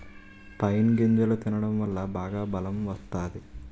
pine గింజలు తినడం వల్ల బాగా బలం వత్తాది